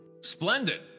Splendid